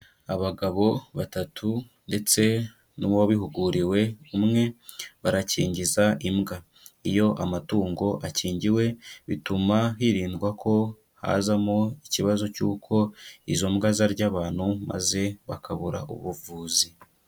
Abagabo batatu ndetse n'uwabihuguriwe umwe barakingiza imbwa. Iyo amatungo akingiwe, bituma hirindwa ko hazamo ikibazo cyuko izo mbwa zarya abantu maze bakabura ubuvuzi.